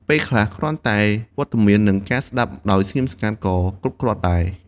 ពេលខ្លះ គ្រាន់តែវត្តមាន និងការស្តាប់ដោយស្ងៀមស្ងាត់ ក៏គ្រប់គ្រាន់ដែរ។